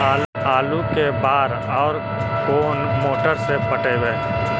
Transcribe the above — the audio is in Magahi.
आलू के बार और कोन मोटर से पटइबै?